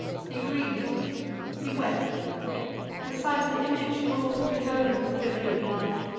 he griev'd he wept the sight an image brought of his own filial love,